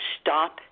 stop